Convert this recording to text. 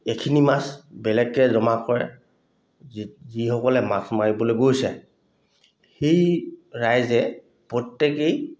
এখিনি মাছ বেলেগকৈ জমা কৰে যি যিসকলে মাছ মাৰিবলৈ গৈছে সেই ৰাইজে প্ৰত্যেকেই